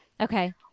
okay